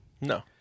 No